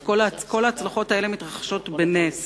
כל ההצלחות האלה מתרחשות בנס,